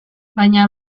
baina